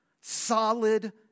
solid